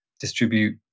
distribute